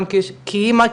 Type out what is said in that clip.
כאמא,